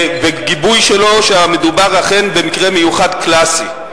בגיבוי שלו, שהמדובר אכן במקרה מיוחד, קלאסי.